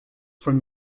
from